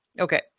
Okay